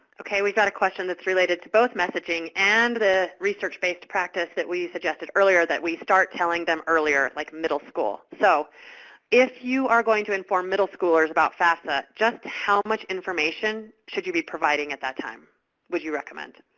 okay. we've got a question that's related to both messaging and the research-based practice that we suggested earlier, that we start telling them earlier, like middle school. so if you are going to inform middle schoolers about fafsa, just how much information should you be providing at that time would you recommend?